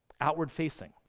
outward-facing